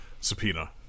subpoena